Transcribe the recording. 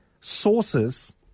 sources